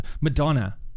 madonna